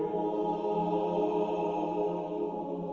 oh.